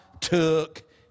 took